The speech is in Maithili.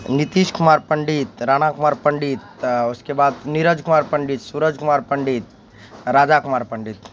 नीतीश कुमार पण्डित राणा कुमार पण्डित उसके बाद नीरज कुमार पण्डित सूरज कुमार पण्डित राजा कुमार पण्डित